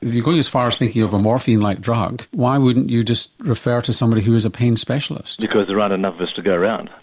going as far as thinking of a morphine like drug why wouldn't you just refer to somebody who is a pain specialist? because there aren't enough of us to go round.